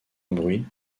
bruit